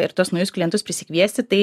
ir tuos naujus klientus prisikviesti tai